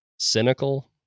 Cynical